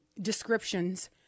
descriptions